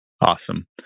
Awesome